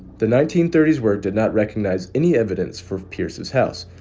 the nineteen thirty s work did not recognize any evidence for pierce's house,